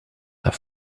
have